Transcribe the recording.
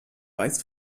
weiß